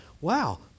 Wow